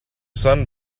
sun